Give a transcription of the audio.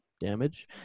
damage